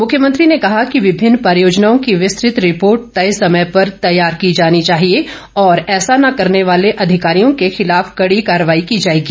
मुख्यमंत्री ने कहा कि विभिन्न परियोजनाओं की विस्तृत रिपोर्ट तय समय पर तैयार की जानी चाहिए और ऐसा न ैकरने वाले अधिकारियों के खिलाफ कड़ी कार्रवाई की जाएगी